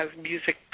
music